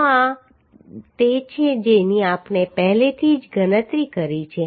તો આ તે છે જેની આપણે પહેલેથી જ ગણતરી કરી છે